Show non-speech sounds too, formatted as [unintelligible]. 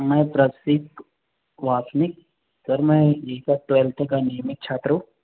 मैं प्रतीक वासनिक सर मैं [unintelligible] ट्वेल्फ़्थ का एंजीनियरिंग छात्र हूँ